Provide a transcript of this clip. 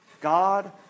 God